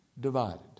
divided